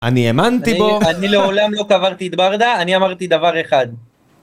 אני האמנתי בו אני לעולם לא קברתי את ברדה אני אמרתי דבר אחד.